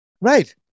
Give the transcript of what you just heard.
Right